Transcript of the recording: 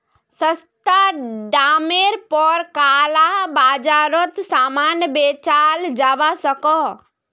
सस्ता डामर पोर काला बाजारोत सामान बेचाल जवा सकोह